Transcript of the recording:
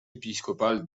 épiscopal